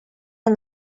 are